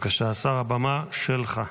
בבקשה, השר, הבמה שלך.